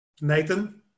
Nathan